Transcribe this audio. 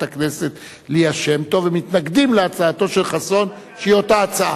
הכנסת ליה שמטוב ומתנגדים להצעתו של חסון שהיא אותה הצעה.